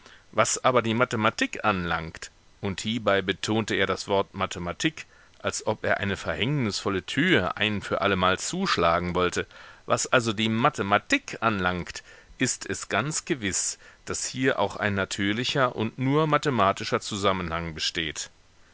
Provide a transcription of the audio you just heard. was aber die mathematik anlangt und hiebei betonte er das wort mathematik als ob er eine verhängnisvolle tür ein für allemal zuschlagen wollte was also die mathematik anlangt ist es ganz gewiß daß hier auch ein natürlicher und nur mathematischer zusammenhang besteht